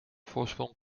voorsprong